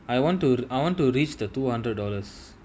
I want to I want to reach the two hundred dollars